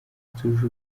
zitujuje